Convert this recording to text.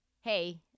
hey